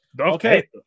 Okay